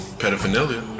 pedophilia